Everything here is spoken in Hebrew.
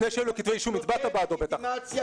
לפני שהיו לו כתבי אישום הצבעת בעדו בטח.